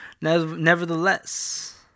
Nevertheless